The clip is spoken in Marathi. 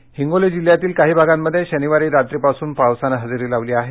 पाऊस हिंगोली जिल्ह्यातील काही भागांमध्ये शनिवारी रात्रीपासून पावसानं हजेरी लावली आहे